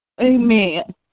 Amen